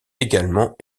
également